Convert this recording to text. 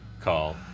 call